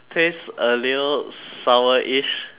taste a little sourish